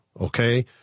Okay